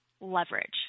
Leverage